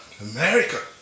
America